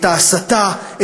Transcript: את ההסתה,